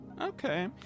Okay